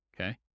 Okay